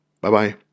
Bye-bye